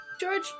George